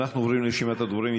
אנחנו עוברים לרשימת הדוברים.